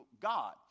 God